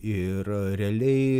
ir realiai